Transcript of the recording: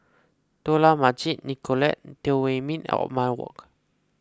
Dollah Majid Nicolette Teo Wei Min and Othman Wok